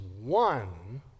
one